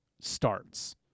starts